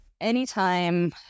anytime